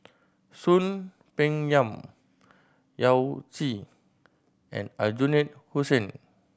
Soon Peng Yam Yao Zi and Aljunied Hussein